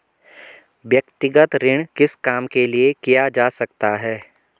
व्यक्तिगत ऋण किस काम के लिए किया जा सकता है?